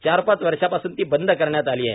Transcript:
चार पाच वर्षांपासून ती बंद करण्यात आली आहे